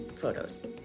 photos